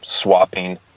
swapping